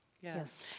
yes